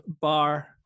bar